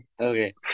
Okay